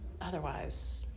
otherwise